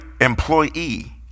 employee